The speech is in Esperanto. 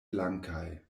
blankaj